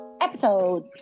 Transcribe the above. episode